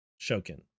Shokin